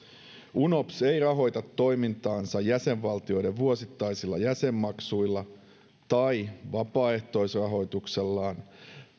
unops ei rahoita toimintaansa jäsenvaltioiden vuosittaisilla jäsenmaksuilla tai vapaaehtoisrahoituksella vaan